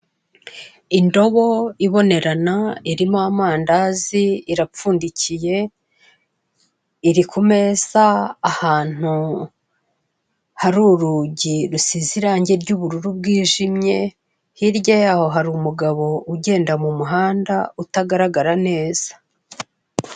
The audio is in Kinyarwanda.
Indobo iboneramo irimo amandazi irapfundikiye, iri ku meza ahantu hari urugi rusize irangi ry'ubururu bwijimye, hirya y'aho hari umugabo ugenda mu muhanda utagaragara neza.